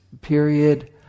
period